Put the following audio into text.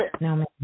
No